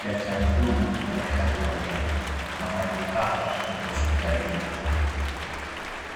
Daktari huyu ni daktari wa meno. Mahali hapa ni hospitalini.